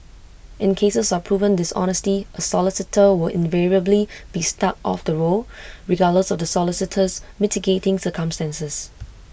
in cases of proven dishonesty A solicitor will invariably be struck off the roll regardless of the solicitor's mitigating circumstances